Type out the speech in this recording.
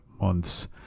months